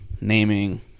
naming